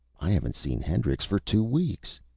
i haven't seen hendrix for two weeks.